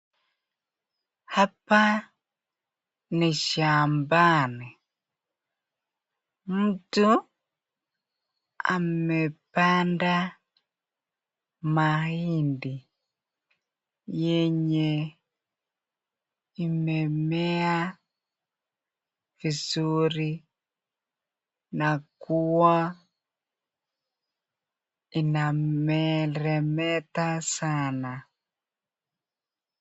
Hapa ni shambani mtu amepanda mahindi yenye imemea mzuri na kuwa inameremeta sana.